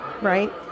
right